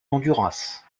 honduras